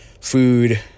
food